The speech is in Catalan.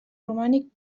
romànic